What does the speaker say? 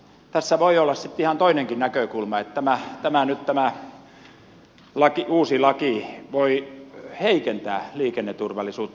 tässä voi olla sitten ihan toinenkin näkökulma että nyt tämä uusi laki voi heikentää liikenneturvallisuutta